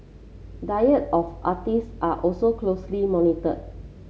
diet of artiste are also closely monitored